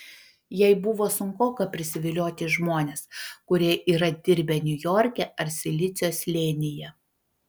jai buvo sunkoka prisivilioti žmones kurie yra dirbę niujorke ar silicio slėnyje